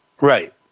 Right